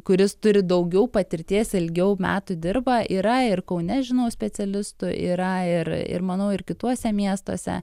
kuris turi daugiau patirties ilgiau metų dirba yra ir kaune žinau specialistų yra ir ir manau ir kituose miestuose